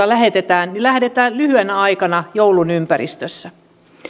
lähetetään lähetetään lyhyenä aikana joulun ympäristössä